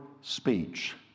speech